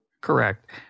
Correct